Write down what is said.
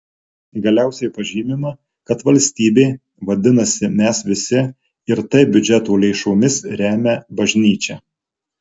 galiausiai pažymima kad valstybė vadinasi mes visi ir taip biudžeto lėšomis remia bažnyčią